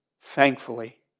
Thankfully